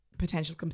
potential